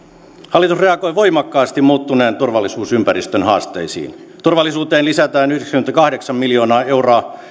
hallitus reagoi voimakkaasti muuttuneen turvallisuusympäristön haasteisiin turvallisuuteen lisätään yhdeksänkymmentäkahdeksan miljoonaa euroa